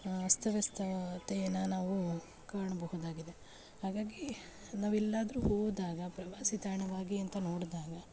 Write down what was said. ಅಸ್ತವ್ಯಸ್ತತೆಯನ್ನು ನಾವು ಕಾಣಬಹುದಾಗಿದೆ ಹಾಗಾಗಿ ನಾವೆಲ್ಲಾದರೂ ಹೋದಾಗ ಪ್ರವಾಸಿ ತಾಣವಾಗಿ ಅಂತ ನೋಡಿದಾಗ